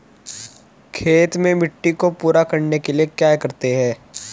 खेत में मिट्टी को पूरा करने के लिए क्या करते हैं?